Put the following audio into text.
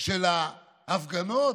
של ההפגנות?